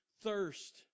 thirst